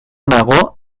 nago